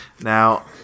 Now